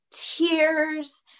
tears